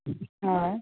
हय